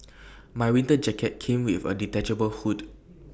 my winter jacket came with A detachable hood